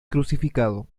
crucificado